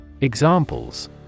Examples